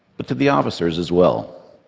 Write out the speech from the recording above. but to the officers as well.